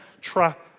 trap